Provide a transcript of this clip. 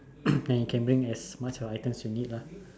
and you can bring as much of items you need lah